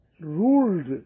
ruled